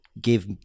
give